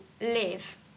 live